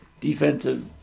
defensive